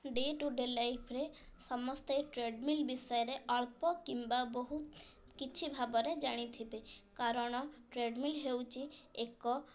day to day ଲାଇଫ୍ରେ ସମସ୍ତେ treadmill ବିଷୟରେ ଅଳ୍ପ କିମ୍ବା ବହୁତ କିଛି ଭାବରେ ଜାଣିଥିବେ କାରଣ ଟ୍ରେଡ଼ମିଲ୍ ହେଉଛି ଏକ